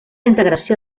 integració